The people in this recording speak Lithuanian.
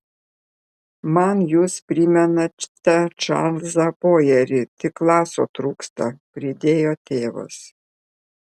man jūs primenate čarlzą bojerį tik laso trūksta pridėjo tėvas